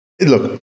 look